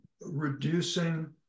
reducing